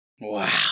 Wow